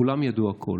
כולם ידעו הכול.